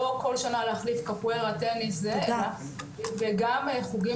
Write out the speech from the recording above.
לא כל שנה להחליף קפוארה, טניס זה, אלא גם חוגים